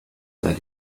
said